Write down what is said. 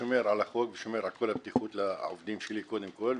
שומר על החוק ושומר על כל הבטיחות לעובדים שלי קודם כול,